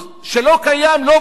לא בעולם השני,